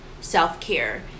self-care